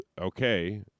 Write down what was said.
okay